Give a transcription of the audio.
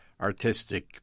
artistic